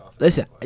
Listen